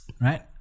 Right